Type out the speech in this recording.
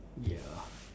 ya